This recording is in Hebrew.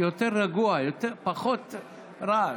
יותר רגוע, פחות רעש.